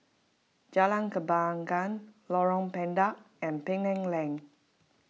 Jalan Kembangan Lorong Pendek and Penang Lane